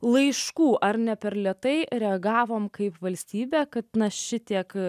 laiškų ar ne per lėtai reagavome kaip valstybė kad šitiek